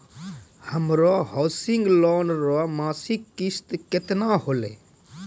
हमरो housing loan रो मासिक किस्त केतना होलै?